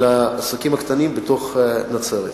של העסקים הקטנים בתוך נצרת.